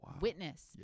witness